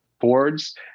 boards